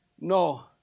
No